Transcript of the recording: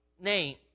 name